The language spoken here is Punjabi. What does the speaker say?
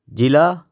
ਜ਼ਿਲ੍ਹਾ